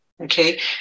Okay